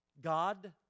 God